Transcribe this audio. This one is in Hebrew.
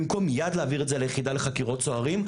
במקום מיד להעביר את זה ליחידה לחקירות סוהרים,